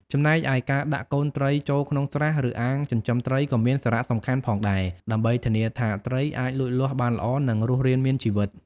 ចំណែកឯការដាក់កូនត្រីចូលក្នុងស្រះ ឬអាងចិញ្ចឹមត្រីក៏មានសារៈសំខាន់ផងដែរ ដើម្បីធានាថាត្រីអាចលូតលាស់បានល្អ និងរស់រានមានជីវិត។